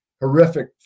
horrific